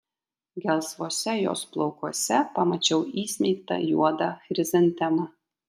gelsvuose jos plaukuose pamačiau įsmeigtą juodą chrizantemą